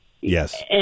Yes